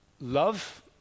love